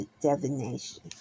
divination